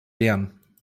lernen